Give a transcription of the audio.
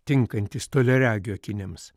tinkantys toliaregių akiniams